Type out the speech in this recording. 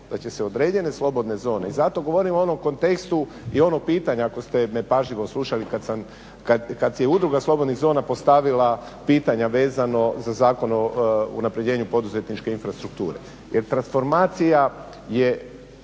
da će se određene slobodne zone i zato govorim u onom kontekstu i ono pitanje ako ste me pažljivo slušali kad je Udruga slobodnih zona postavila pitanja vezano za Zakon o unapređenju poduzetničke infrastrukture jer transformacija je,